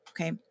okay